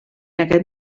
aquest